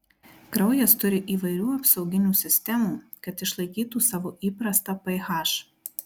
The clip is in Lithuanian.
kraujas turi įvairių apsauginių sistemų kad išlaikytų savo įprastą ph